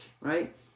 right